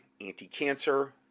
anti-cancer